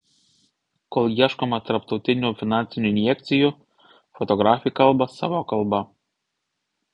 kol ieškoma tarptautinių finansinių injekcijų fotografai kalba savo kalba